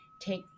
take